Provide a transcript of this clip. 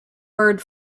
bird